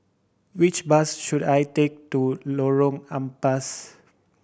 which bus should I take to Lorong Ampas